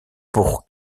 pour